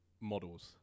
models